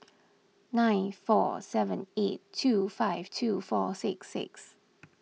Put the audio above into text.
nine four seven eight two five two four six six